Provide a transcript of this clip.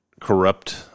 corrupt